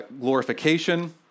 glorification